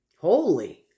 Holy